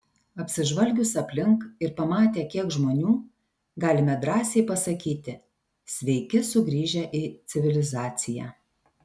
apsižvalgius aplink ir pamatę kiek žmonių galime drąsiai pasakyti sveiki sugrįžę į civilizaciją